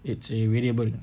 it's a variable